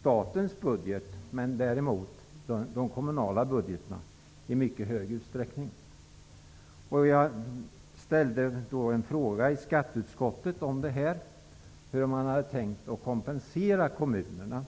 statens budget så mycket, däremot de kommunala budgetarna i mycket stor utsträckning. Jag ställde en fråga i skatteutskottet om hur man hade tänkt kompensera kommunerna.